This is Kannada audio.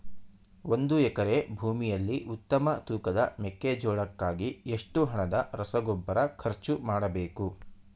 ಒಂದು ಎಕರೆ ಭೂಮಿಯಲ್ಲಿ ಉತ್ತಮ ತೂಕದ ಮೆಕ್ಕೆಜೋಳಕ್ಕಾಗಿ ಎಷ್ಟು ಹಣದ ರಸಗೊಬ್ಬರ ಖರ್ಚು ಮಾಡಬೇಕು?